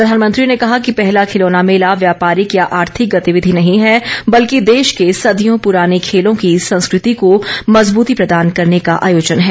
प्रधानमंत्री ने कहा कि पहला खिलौना मेला व्यापारिक या आर्थिक गतिविधि नहीं है बल्कि देश के सदियों पूराने खेलों की संस्कृति को मजबूती प्रदान करने का आयोजन है